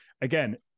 again